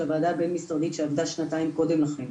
של הוועדה הבין משרדית שעבדה שנתיים קודם לכן.